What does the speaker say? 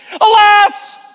Alas